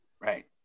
Right